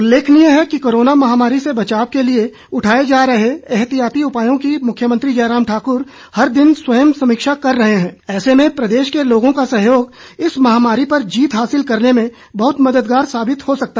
उल्लेखनीय है कि कोरोना महामारी से बचाव के लिए उठाए जा रहे एहतियाती उपायों की मुख्यमंत्री जयराम ठाकूर स्वयं समीक्षा कर रहे हैं मगर प्रदेश के लोगों का सहयोग इस महामारी पर जीत हासिल करने में मददगार बनेगा